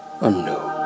unknown